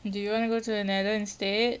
do you want to go to another instead